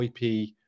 IP